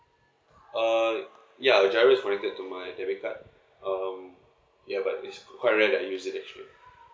um ya the driver is appointed to my debit card um ya but it's quite rare that I use it actually